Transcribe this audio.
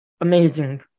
amazing